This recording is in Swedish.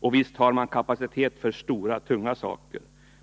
Och visst har man kapacitet för stora, tunga saker.